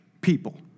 people